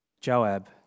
Joab